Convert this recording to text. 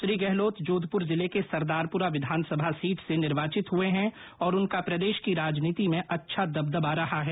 श्री गहलोत जोधपुर जिले के सरदारपुरा विधानसभा सीट से निर्वाचित हुए है और उनका प्रदेश की राजनीति में अच्छा दबदबा रहा है